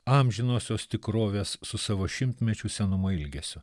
amžinosios tikrovės su savo šimtmečių senumo ilgesiu